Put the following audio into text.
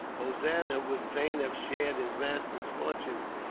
hossein, who would fain have shared his master's fortunes,